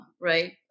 right